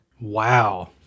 Wow